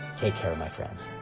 take care of my friends.